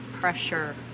pressure